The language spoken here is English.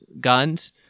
guns